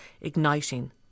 igniting